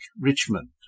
Richmond